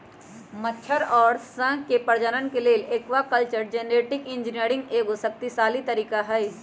मछर अउर शंख के प्रजनन के लेल एक्वाकल्चर जेनेटिक इंजीनियरिंग एगो शक्तिशाली तरीका हई